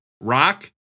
rock